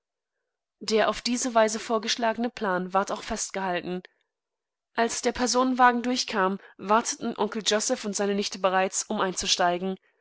der auf diese weise vorgeschlagene plan ward auch festgehalten als der personenwagen durchkam warteten onkel joseph und seine nichte bereits um einzusteigen